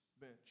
bench